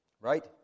Right